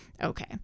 okay